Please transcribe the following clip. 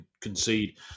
concede